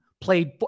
played